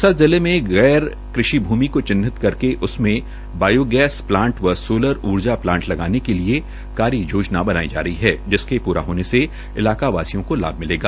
सिरसा जिला में गैर कृषि भूमि को चिहिनांत कर उसमें बॉयोगैस प्लांट व सोलर ऊर्जा प्लांट लगाने के लिए कार्य योजना बनाई जा रही है जिसके पूरा होने पर इलाका वासियों को लाभ मिलेगा